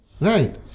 Right